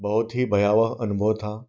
बहुत ही भयावह अनुभव था